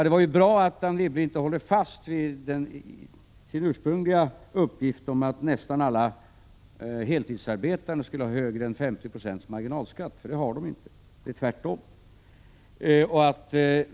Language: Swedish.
Det är bra att Anne Wibble inte håller fast vid sin ursprungliga uppgift om att nästan alla heltidsarbetande skulle ha mer än 50 96 marginalskatt, eftersom de inte har det.